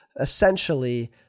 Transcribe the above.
essentially